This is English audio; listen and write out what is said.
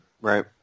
Right